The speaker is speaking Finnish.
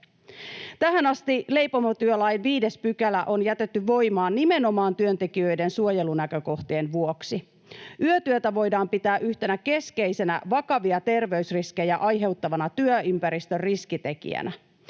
Tähän asti leipomotyölain 5 § on jätetty voimaan nimenomaan työntekijöiden suojelunäkökohtien vuoksi. Yötyötä voidaan pitää yhtenä keskeisenä vakavia terveysriskejä aiheuttavana työympäristön riskitekijänä.